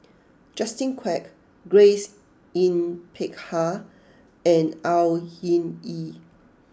Justin Quek Grace Yin Peck Ha and Au Hing Yee